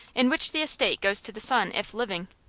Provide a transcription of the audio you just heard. in which the estate goes to the son, if living.